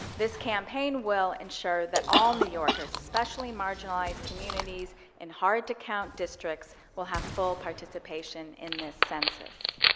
this campaign will ensure that all new yorkers, especially marginalized communities and hard to count districts, will have full participation in this census.